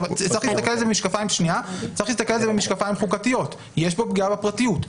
צריך להסתכל על זה במשקפיים חוקתיות: יש פה פגיעה בפרטיות.